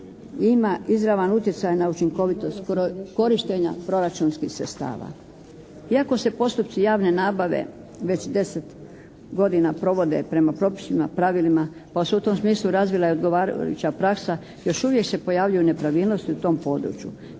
Ima izravan utjecaj na učinkovitost korištenja proračunskih sredstava. Iako se postupci javne nabave već 10 godina provode prema propisima, pravilima, pa su u tom smislu razvila i odgovarajuće praksa još uvijek se pojavljuju nepravilnosti u tom području,